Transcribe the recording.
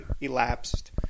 elapsed